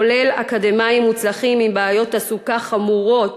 כולל אקדמאים מוצלחים עם בעיות תעסוקה חמורות,